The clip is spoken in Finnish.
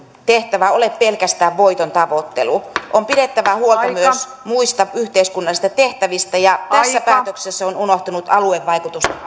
tehtävä ole pelkästään voiton tavoittelu on pidettävä huolta myös muista yhteiskunnallisista tehtävistä ja tässä päätöksessä on unohtunut aluevaikutusten